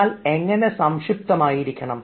എന്നാൽ എങ്ങനെ സംക്ഷിപ്തമായിരിക്കണം